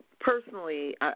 personally